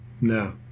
No